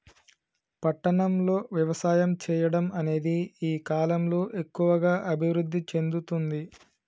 పట్టణం లో వ్యవసాయం చెయ్యడం అనేది ఈ కలం లో ఎక్కువుగా అభివృద్ధి చెందుతుంది